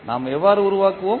நாம் எவ்வாறு உருவாக்குவோம்